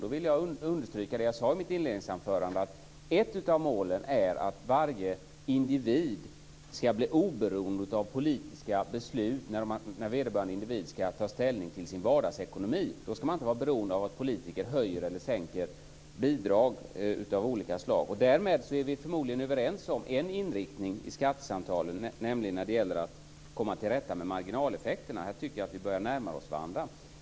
Då vill jag understryka det jag sade i mitt inledningsanförande, nämligen att ett av målen är att varje individ skall bli oberoende av politiska beslut när vederbörande individ skall ta ställning till sin vardagsekonomi. Då skall man inte vara beroende av att politiker höjer eller sänker bidrag av olika slag. Därmed är vi förmodligen överens om en inriktning i skattesamtalen, nämligen i fråga om att komma till rätta med marginaleffekterna. Här tycker jag att vi börjar närma oss varandra.